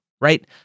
right